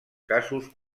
casos